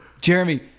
Jeremy